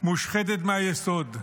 מושחתת מהיסוד.